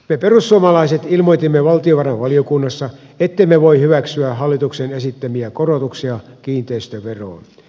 me perussuomalaiset ilmoitimme valtiovarainvaliokunnassa ettemme voi hyväksyä hallituksen esittämiä korotuksia kiinteistöveroon